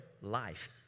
life